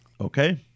Okay